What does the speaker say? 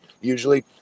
Usually